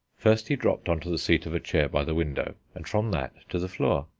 first he dropped on to the seat of a chair by the window, and from that to the floor.